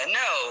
no